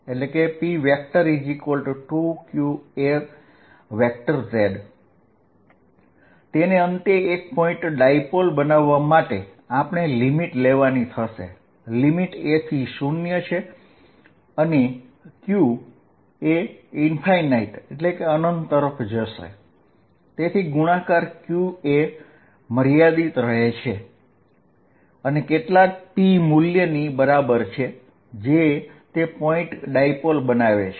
p2qaz તેને અંતે એક પોઇન્ટ ડાયપોલ બનાવવા માટે આપણે લિમીટ લેવાની થશે લિમીટ a0 અને q હશે તેથી ગુણાકાર qa મર્યાદિત રહે છે અને કંઈક p મૂલ્યની બરાબર છે જે તે પોઇન્ટ ડાયપોલ બનાવે છે